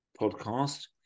podcast